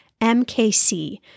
MKC